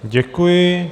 Děkuji.